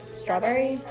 strawberry